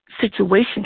situation